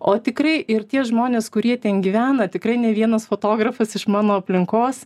o tikrai ir tie žmonės kurie ten gyvena tikrai ne vienas fotografas iš mano aplinkos